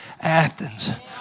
Athens